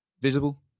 visible